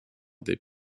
des